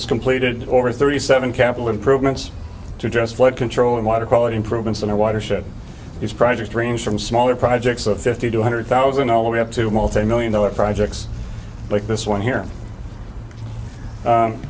has completed over thirty seven capital improvements to address flood control and water quality improvements in the watershed these projects range from smaller projects of fifty two hundred thousand all the way up to multi million dollar projects like this one here